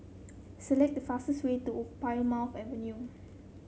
select the fastest way to Plymouth Avenue